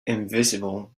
invisible